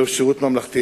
זהו שירות ממלכתי.